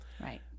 Right